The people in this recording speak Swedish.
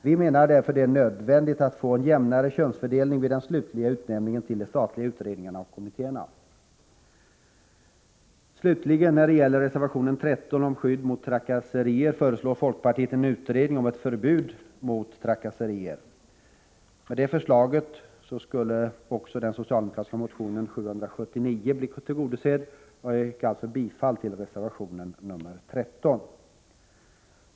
Vi menar därför att det är nödvändigt att få en jämnare könsfördelning vid den slutliga utnämningen till de statliga utredningarna och kommittéerna. Slutligen gäller det reservation 13 om skydd mot trakasserier. Folkpartiet föreslår där en utredning om ett förbud mot trakasserier. Med det förslaget skulle också den socialdemokratiska motionen 779 bli tillgodosedd, och jag yrkar alltså bifall till reservation 13.